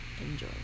enjoy